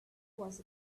was